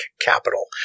capital